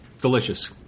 Delicious